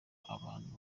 abantu